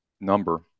number